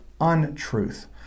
untruth